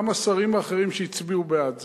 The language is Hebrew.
גם השרים האחרים שהצביעו בעד זה,